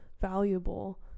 valuable